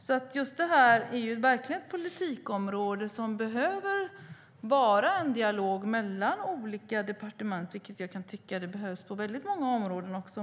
På det här politikområdet behövs det en dialog mellan olika departement, vilket kan behövas också på många andra områden.